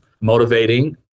motivating